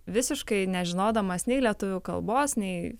visiškai nežinodamas nei lietuvių kalbos nei